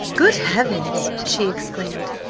good heavens! she exclaimed,